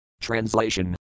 Translation